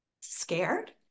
scared